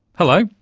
hello,